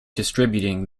distributing